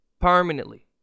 Permanently